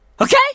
Okay